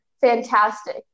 fantastic